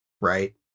right